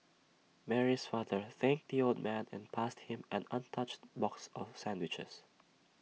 Mary's father thanked the old man and passed him an untouched box of sandwiches